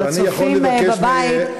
אבל הצופים בבית,